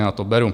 Já to beru.